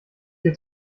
hier